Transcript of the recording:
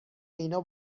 اینا